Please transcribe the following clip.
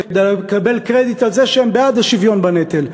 כדי לקבל קרדיט על זה שהם בעד השוויון בנטל.